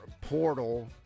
portal